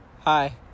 Hi